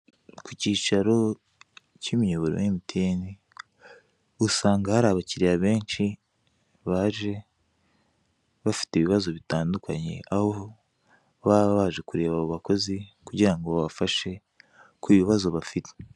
Ku cyicaro cy'imiyoboro ya Emutiyeni, usanga hari abakiriya benshi baje bafite ibibazo bitandukanye; aho baba baje kureba abo bakozi, kugira ngo babafashe ku bibazo bafite.